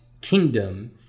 kingdom